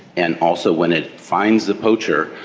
and also when it finds the poacher,